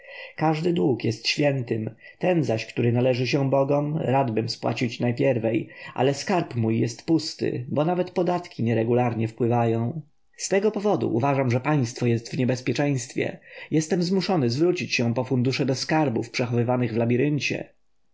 każdy dług jest świętym ten zaś który należy się bogom radbym spłacić najpierwej ale skarb mój jest pusty bo nawet podatki nieregularnie wpływają z tego powodu uważam że państwo jest w niebezpieczeństwie i jestem zmuszony zwrócić się po fundusze do skarbów przechowywanych